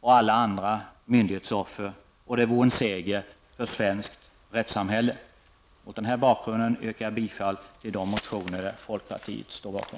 och alla andra myndighetsoffer samt en seger för svenskt rättssamhälle. Herr talman! Mot denna bakgrund yrkar jag bifall till de motioner som folkpartiet står bakom.